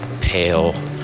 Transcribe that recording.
pale